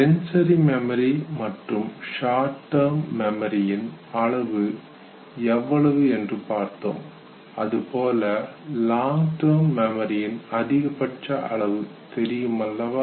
sensory memory மற்றும் short term மெமரியின் அளவு எவ்வளவு என்று பார்த்தோம் அதுபோல லாங் டெர்ம் மெமரியின் அதிகபட்ச அளவு தெரியுமல்லவா